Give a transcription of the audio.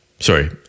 Sorry